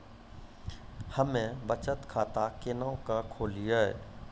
हम्मे बचत खाता केना के खोलियै?